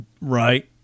Right